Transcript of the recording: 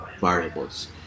variables